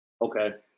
Okay